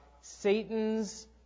Satan's